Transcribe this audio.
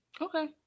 okay